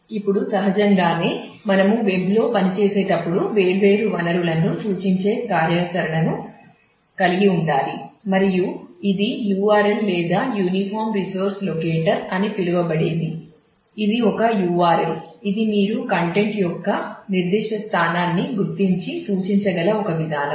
ఇప్పుడు సహజంగానే మనము వెబ్లో పనిచేసేటప్పుడు వేర్వేరు వనరులను సూచించే కార్యాచరణను కలిగి ఉండాలి మరియు ఇది URL లేదా యూనిఫాం రిసోర్స్ లొకేటర్ యొక్క నిర్దిష్ట స్థానాన్ని గుర్తించి సూచించగల ఒక విధానం